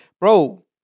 Bro